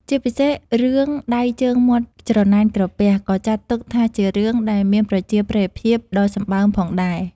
ជាពិសេសរឿងដៃ ជើង មាត់ច្រណែនក្រពះ ក៏ចាត់ទុកថាជារឿងដែលមានប្រជាប្រិយភាពដ៏សម្បើមផងដែរ។